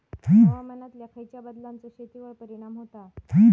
हवामानातल्या खयच्या बदलांचो शेतीवर परिणाम होता?